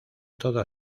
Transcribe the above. toda